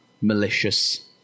malicious